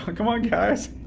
come on guys.